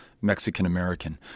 Mexican-American